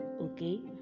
okay